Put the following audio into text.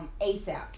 asap